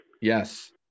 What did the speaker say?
Yes